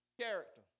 character